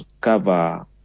cover